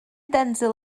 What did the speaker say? denzil